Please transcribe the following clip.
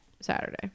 Saturday